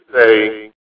say